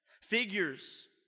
figures